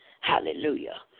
Hallelujah